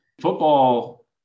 football